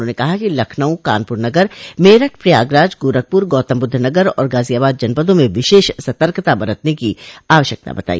उन्होंने लखनऊ कानपुर नगर मेरठ प्रयागराज गोरखपुर गौतमबुद्ध नगर और गाजियाबाद जनपदों में विशेष सतर्कता बरतने की आवश्यकता बताई